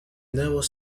nuevos